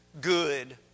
good